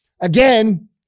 again